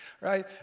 right